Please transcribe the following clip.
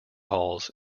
halls